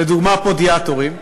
לדוגמה פודיאטרים,